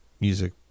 music